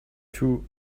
two